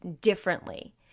differently